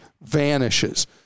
vanishes